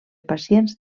pacients